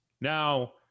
Now